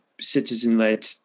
citizen-led